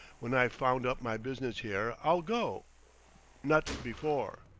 when i've wound up my business here i'll go not before.